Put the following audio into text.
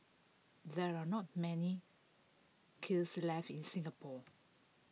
there are not many kilns left in Singapore